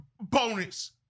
bonus